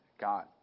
God